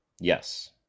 Yes